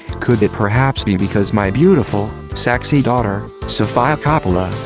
could it perhaps be because my beautiful, sexy daughter, sofia coppola,